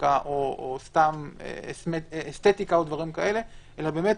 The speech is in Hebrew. אסתטיקה או דברים כאלה.